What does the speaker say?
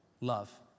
love